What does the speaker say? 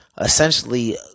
essentially